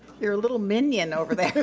you're a little minion over there.